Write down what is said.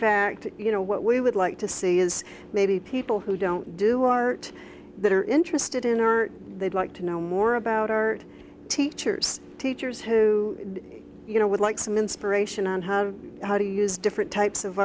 fact you know what we would like to see is maybe people who don't do art that are interested in art they'd like to know more about art teachers teachers who you know would like some inspiration and have how to use different types of